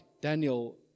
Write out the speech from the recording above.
Daniel